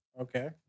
Okay